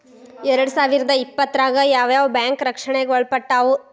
ಎರ್ಡ್ಸಾವಿರ್ದಾ ಇಪ್ಪತ್ತ್ರಾಗ್ ಯಾವ್ ಯಾವ್ ಬ್ಯಾಂಕ್ ರಕ್ಷ್ಣೆಗ್ ಒಳ್ಪಟ್ಟಾವ?